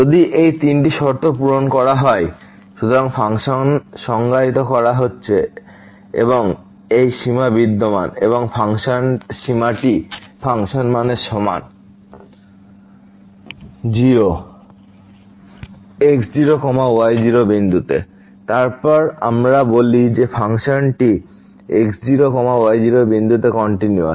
যদি এই তিনটি শর্ত পূরণ করা হয় সুতরাং ফাংশন সংজ্ঞায়িত করা হয়েছে এই সীমা বিদ্যমান এবং সীমাটি ফাংশন মানের সমান 0 x0 y0 তারপর আমরা বলি যে ফাংশনটি x0 y0 বিন্দুতে কন্টিনিউয়াস